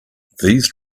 these